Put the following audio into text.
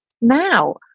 now